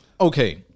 Okay